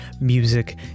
music